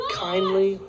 kindly